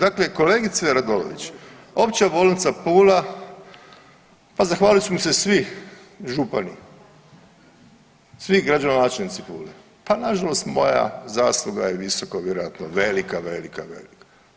Dakle kolegice Radolović Opća bolnica Pula pa zahvalit će mi se svi župani, svi gradonačelnici Pule, pa nažalost moja zasluga je visoko vjerojatno velika, velika, velika.